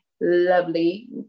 lovely